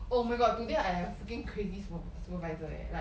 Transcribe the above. oh my god today I have freaking crazy super~ supervisor eh like